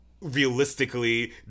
realistically